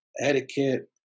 etiquette